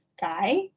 guy